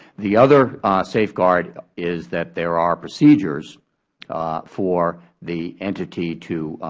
the other safeguard is that there are procedures for the entity to